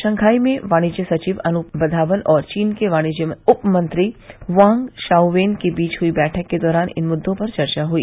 Shanghai में वाणिज्य सचिव अनूप वधावन और चीन के वाणिज्य उपमंत्री वांग शाउवेन के बीच हुई बैठक के दौरान इन मुद्रों पर चर्चा हुई